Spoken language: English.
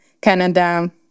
Canada